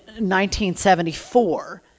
1974